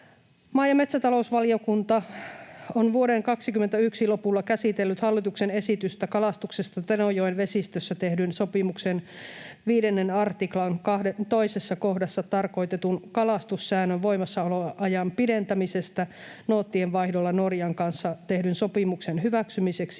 Maa‑ ja metsäta-lousvaliokunta on vuoden 21 lopulla käsitellyt hallituksen esitystä kalastuksesta Tenojoen vesistössä tehdyn sopimuksen 5 artiklan 2 kohdassa tarkoitetun kalastussäännön voimassaoloajan pidentämisestä noottienvaihdolla Norjan kanssa tehdyn sopimuksen hyväksymiseksi